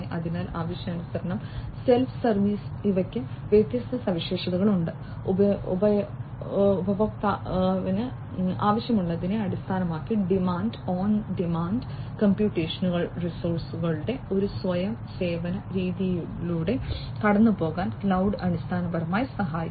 അതിനാൽ ആവശ്യാനുസരണം self service ഇവയ്ക്ക് വ്യത്യസ്ത സവിശേഷതകളുണ്ട് ഉപയോക്താവിന് ആവശ്യമുള്ളതിനെ അടിസ്ഥാനമാക്കി ഡിമാൻഡ് ഓൺ ഡിമാൻഡ് കമ്പ്യൂട്ടേഷണൽ റിസോഴ്സുകളുടെ ഒരു സ്വയം സേവന രീതിയിലൂടെ കടന്നുപോകാൻ ക്ലൌഡ് അടിസ്ഥാനപരമായി സഹായിക്കുന്നു